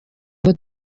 ngo